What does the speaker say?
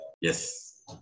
Yes